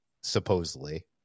supposedly